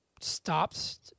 stops